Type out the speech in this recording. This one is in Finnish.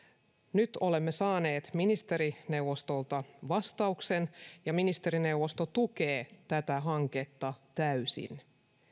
nyt olemme saaneet ministerineuvostolta vastauksen ja ministerineuvosto tukee tätä hanketta täysin